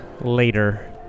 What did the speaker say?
later